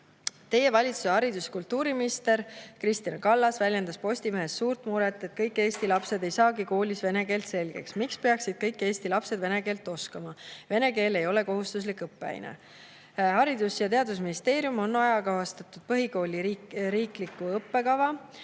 "Teie valitsuse haridus- ja kultuuriminister Kristina Kallas väljendas Postimehes suurt muret, et kõik eesti lapsed ei saagi koolis vene keelt selgeks. Miks peaksid kõik eesti lapsed vene keelt oskama? Vene keel ei ole kohustuslik õppeaine." Haridus- ja Teadusministeerium on ajakohastanud põhikooli riiklikku õppekava,